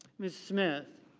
miss smith,